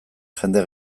jende